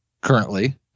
currently